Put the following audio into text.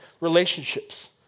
relationships